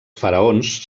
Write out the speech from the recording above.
faraons